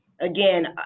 again